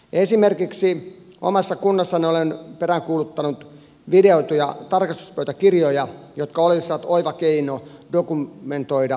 esimerkiksi omassa kunnassani olen peräänkuuluttanut videoituja tarkastuspöytäkirjoja jotka olisivat oiva keino dokumentoida piiloon jäävät rakenteet